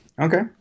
Okay